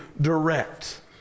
direct